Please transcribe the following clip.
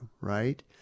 right